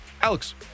alex